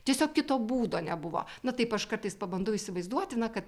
tiesiog kito būdo nebuvo na taip aš kartais pabandau įsivaizduoti na kad